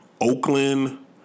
Oakland